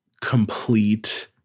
complete